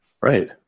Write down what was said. Right